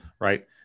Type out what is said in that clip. right